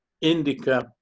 indica